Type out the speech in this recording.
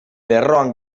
lerroan